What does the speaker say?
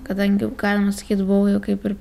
kadangi galima sakyt buvau jau kaip ir